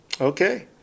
Okay